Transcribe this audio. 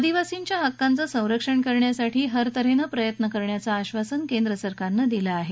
आदिवासींच्या हक्कांचं संरक्षण करण्यासाठी हरत हेनं प्रयत्न करण्याचं आक्षासन केंद्र सरकारनं दिलं आहे